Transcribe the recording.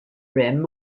rim